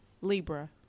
Libra